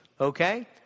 Okay